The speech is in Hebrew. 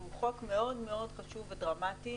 הוא חוק מאוד מאוד חשוב ודרמטי.